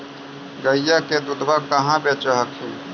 गईया के दूधबा कहा बेच हखिन?